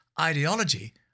ideology